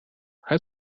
had